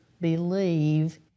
believe